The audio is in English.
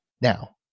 Now